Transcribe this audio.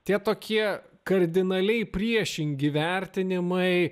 tie tokie kardinaliai priešingi vertinimai